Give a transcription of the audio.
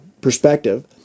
perspective